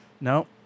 No